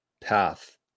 path